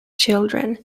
children